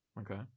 Okay